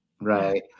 Right